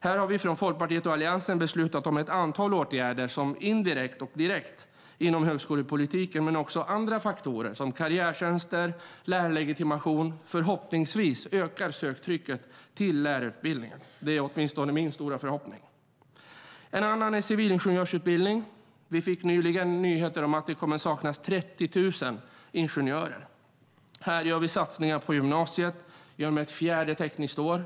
Här har vi i Folkpartiet och Alliansen beslutat om ett antal åtgärder direkt inom högskolepolitiken men också andra faktorer som karriärtjänster och lärarlegitimation som förhoppningsvis indirekt kan öka söktrycket på lärarutbildningen. Det är åtminstone min stora förhoppning. En annan viktig utbildning är civilingenjörsutbildningen. Vi fick nyligen nyheter om att det kommer att saknas 30 000 ingenjörer. Här gör vi satsningar på gymnasiet genom ett fjärde tekniskt år.